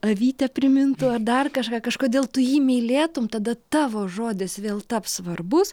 avytę primintų ar dar kažką kažkodėl tu jį mylėtum tada tavo žodis vėl taps svarbus